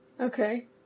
Okay